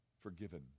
forgiven